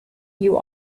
you